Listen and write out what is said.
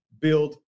build